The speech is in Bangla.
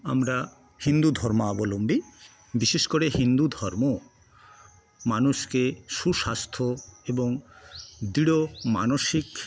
আমরা হিন্দু ধর্মাবলম্বী বিশেষ করে হিন্দু ধর্ম মানুষকে সুস্বাস্থ্য এবং দৃঢ় মানসিক